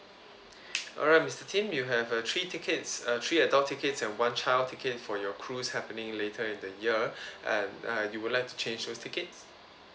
alright mr tim you have uh three tickets uh three adult tickets and one child ticket for your cruise happening later in the year and uh you would like change the tickets